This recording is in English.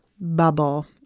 bubble